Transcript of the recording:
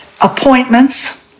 appointments